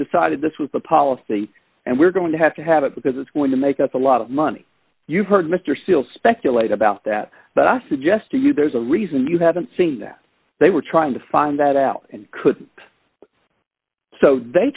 decided this was the policy and we're going to have to have it because it's going to make us a lot of money you've heard mr steele speculate about that but i suggest to you there's a reason you haven't seen that they were trying to find that out and could so they